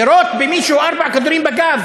לירות במישהו ארבעה כדורים בגב